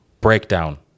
Breakdown